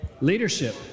leadership